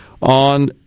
on